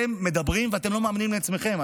אתם מדברים ואתם לא מאמינים לעצמכם.